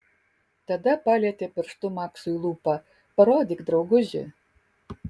tada palietė pirštu maksui lūpą parodyk drauguži